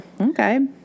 Okay